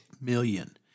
million